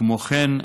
כמו כן,